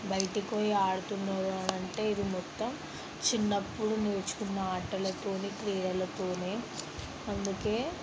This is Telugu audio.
బయటిపోయి ఆడుతున్నారు అని అంటే ఇది మొత్తం చిన్నప్పుడు నేర్చుకున్న ఆటలతోనే క్రీడలతోనే అందుకే